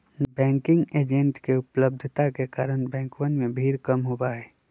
banking agents के उपलब्धता के कारण बैंकवन में भीड़ कम होबा हई